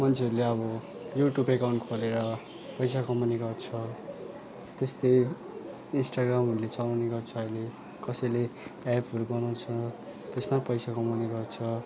मान्छेहरूले अब YouTube account खोलेर पैसा कमाउने गर्छ त्यस्तै इन्स्टाग्रामहरू चलाउने गर्छ अहिले कसैले एप्पहरू बनाउँछ त्यसमा पैसा कमाउने गर्छ